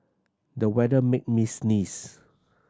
the weather made me sneeze